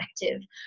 effective